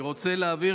אני רוצה להבהיר,